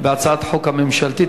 בהצעת החוק הממשלתית,